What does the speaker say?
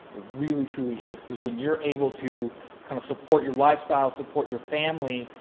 it really, truly is because when you're able to kind of support your lifestyle, support your family,